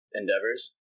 endeavors